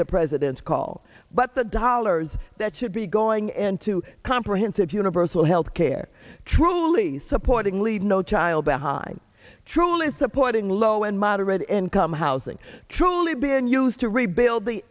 the president's call but the dollars that should be going into comprehensive universal health care truly supporting leave no child behind truly supporting low and moderate income housing truly been used to rebuild the